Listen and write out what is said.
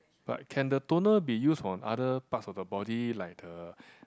but can the toner be used on other parts of the body like the